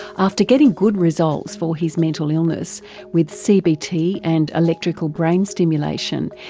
after getting good results for his mental illness with cbt and electrical brain stimulation,